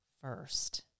First